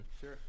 Sure